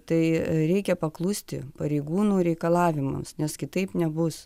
tai reikia paklusti pareigūnų reikalavimams nes kitaip nebus